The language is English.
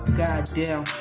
goddamn